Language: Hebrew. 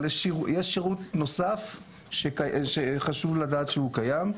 אבל יש שירות נוסף שחשוב לדעת שקיים.